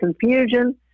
confusion